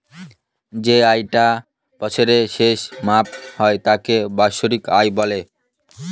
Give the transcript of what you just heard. যে আয় টা বছরের শেষে মাপা হয় তাকে বাৎসরিক আয় বলে